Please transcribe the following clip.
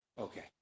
Okay